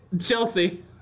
Chelsea